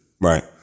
Right